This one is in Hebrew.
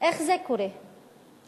איך זה קורה שדווקא